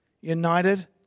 United